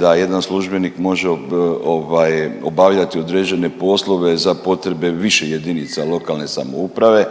da jedan službenik može obavljati određen poslove za potrebe više jedinica lokalne samouprave,